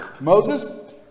Moses